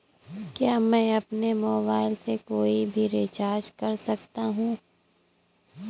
क्या मैं अपने मोबाइल से कोई भी रिचार्ज कर सकता हूँ?